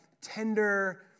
tender